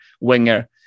winger